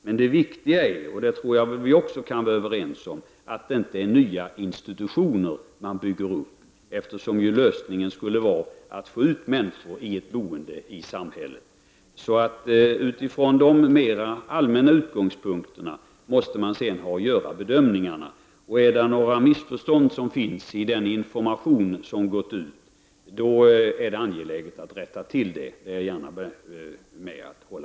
Men det viktiga är, vilket jag tror att vi kan vara överens om, att det inte är nya institutioner som byggs, eftersom meningen var att människor skulle komma ut till ett boende i samhället. Från dessa mer allmänna utgångspunkter måste bedömningarna sedan göras. Och om det finns några missförstånd i den information som har gått ut är det angeläget att de rättas till.